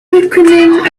quickening